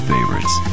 Favorites